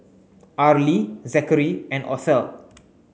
Arlie Zakary and Othel